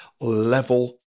level